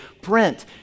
Brent